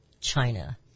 China